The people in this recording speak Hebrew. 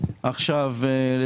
אם